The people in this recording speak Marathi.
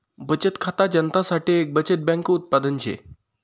बचत खाता जनता साठे एक बचत बैंक उत्पादन शे